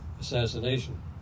assassination